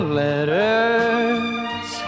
letters